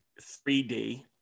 3D